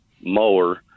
mower